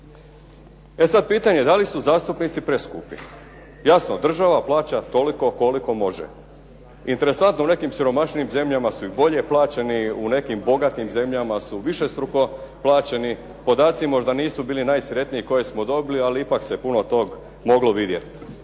E sad pitanje je da li su zastupnici preskupi? Jasno država plaća toliko koliko može. Interesantno u nekim siromašnijim zemljama su i bolje plaćeni, u nekim bogatim zemljama su višestruko plaćeni. Podaci možda nisu bili najsretniji koje smo dobili, ali ipak se puno tog moglo vidjeti.